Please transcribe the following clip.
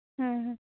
ᱦᱩᱸ ᱦᱩᱸ